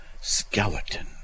skeleton